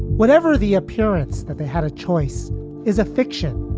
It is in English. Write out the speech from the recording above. whatever the appearance that they had, a choice is a fiction